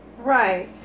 Right